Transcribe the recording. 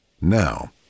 Now